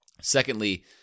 Secondly